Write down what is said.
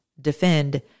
defend